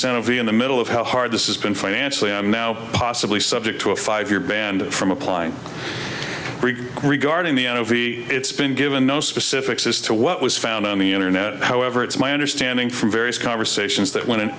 of in the middle of how hard this is been financially i'm now possibly subject to a five year banned from applying regarding the n o v it's been given no specifics as to what was found on the internet however it's my understanding from various conversations that went in